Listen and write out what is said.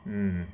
mm